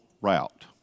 route